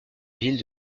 ville